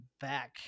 back